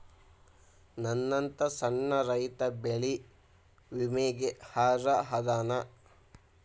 ನನ್ನಂತ ಸಣ್ಣ ರೈತಾ ಬೆಳಿ ವಿಮೆಗೆ ಅರ್ಹ ಅದನಾ?